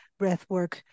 breathwork